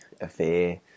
affair